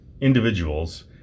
individuals